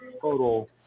total